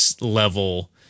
level